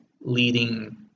leading